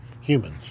Humans